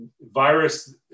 virus